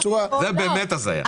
זה באמת הזיה.